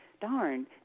darn